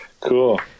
Cool